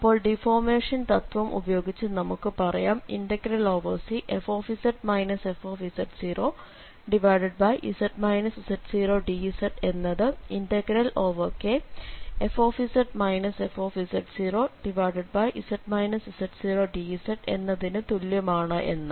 അപ്പോൾ ഡിഫോർമേഷൻ തത്ത്വം ഉപയോഗിച്ച് നമുക്ക് പറയാം Cfz fz z0dz എന്നത് Kfz fz z0dz എന്നതിനു തുല്യമാണ് എന്ന്